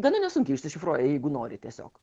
gana nesunkiai išsišifruoja jeigu nori tiesiog